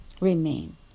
remain